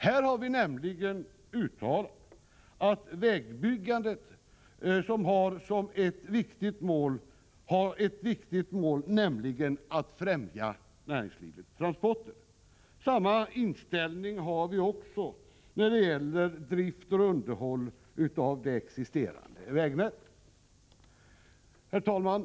Här har vi nämligen uttalat att vägbyggandet har som ett viktigt mål att främja näringslivets transporter. Samma inställning har vi när det gäller drift och underhåll av det existerande vägnätet. Herr talman!